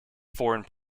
foreign